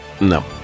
No